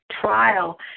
trial